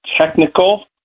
technical